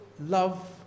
love